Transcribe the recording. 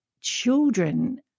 children